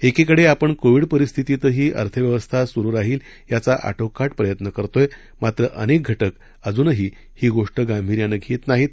एकीकडे आपण कोविड परिस्थितीतही अर्थव्यवस्था सुरु राहील याचा आटोकाट प्रयत्न करतोय मात्र अनेक घटक अजूनही ही गोष्ट गांभीर्यानं घेत नाहीत